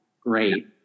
great